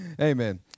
amen